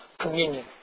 communion